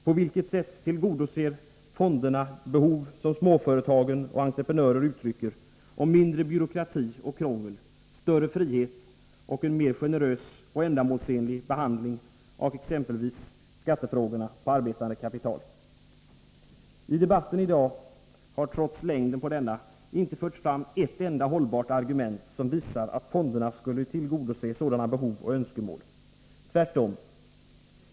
På vilket sätt tillgodoser fonderna behov som småföretagen och entreprenörerna uttrycker, av mindre byråkrati och krångel, större frihet och en mer generös och ändamålsenlig behandling av exempelvis frågor som rör skatter på arbetande kapital? I debatten i dag har — trots dennas längd — inte förts fram ett enda hållbart argument som visar att fonderna skulle tillgodose sådana behov och önskemål. Tvärtom!